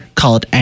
called